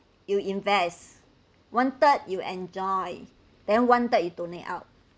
you invest one third you enjoy then one third you donate out